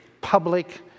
public